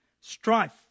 strife